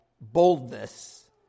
boldness